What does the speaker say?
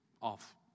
off